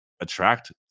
attract